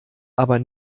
aber